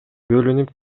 бөлүнүп